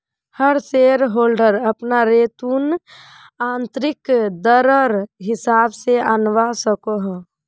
हर shareholder अपना return आंतरिक दरर हिसाब से आंनवा सकोह